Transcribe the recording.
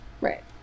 Right